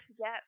Yes